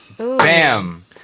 Bam